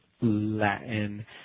Latin